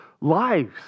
lives